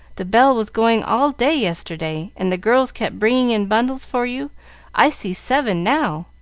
the bell was going all day yesterday, and the girls kept bringing in bundles for you i see seven now,